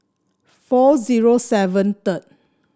four zero seven